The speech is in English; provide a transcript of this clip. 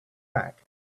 back